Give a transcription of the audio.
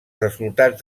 resultats